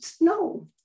no